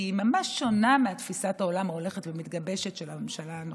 כי היא ממש שונה מתפיסת העולם ההולכת ומתגבשת של הממשלה הנוכחית.